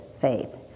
Faith